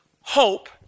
hope